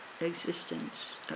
existence